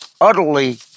utterly